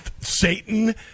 Satan